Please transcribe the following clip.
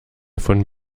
von